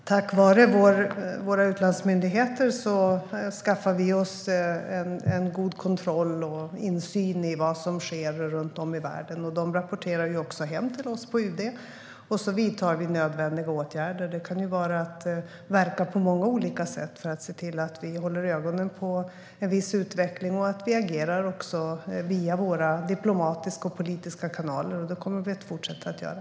Herr talman! Tack vare våra utlandsmyndigheter skaffar vi oss en god kontroll och en insyn i vad som sker runt om i världen. De rapporterar hem till oss på UD, och så vidtar vi nödvändiga åtgärder. Det kan vara fråga om att verka på många olika sätt för att se till att vi håller ögonen på en viss utveckling. Vi agerar också via våra diplomatiska och politiska kanaler, och det kommer vi att fortsätta att göra.